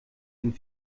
den